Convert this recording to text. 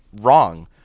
wrong